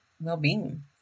well-being